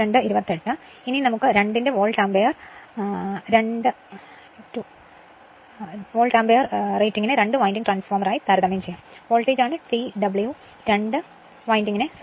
ഇനി നമുക്ക് 2 ന്റെ വോൾട്ട് ആമ്പിയർ റേറ്റിംഗിനെ രണ്ട് വിൻഡിംഗ് ട്രാൻസ്ഫോർമറായി താരതമ്യം ചെയ്യാം വോൾട്ടേജാണ് ടി ഡബ്ല്യു രണ്ട് വിൻഡിംഗിനെ സൂചിപ്പിക്കുന്നത്